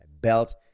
belt